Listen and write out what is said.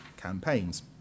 campaigns